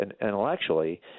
intellectually